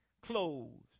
Clothes